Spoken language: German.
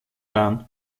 bahn